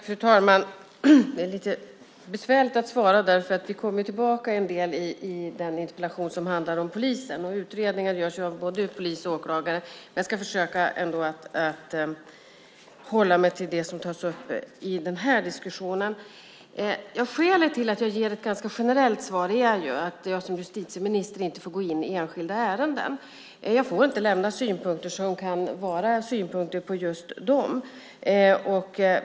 Fru talman! Det är lite besvärligt att svara. Lite grann kommer vi tillbaka till detta i samband med den interpellation som handlar om polisen. Utredningar görs ju av både polis och åklagare. Jag ska ändå försöka hålla mig till det som tas upp i den här diskussionen. Skälet till att jag ger ett ganska generellt svar är att jag som justitieminister inte får gå in på enskilda ärenden. Jag får inte lämna synpunkter som kan vara synpunkter på just sådana.